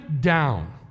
down